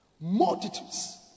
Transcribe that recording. multitudes